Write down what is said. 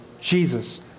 Jesus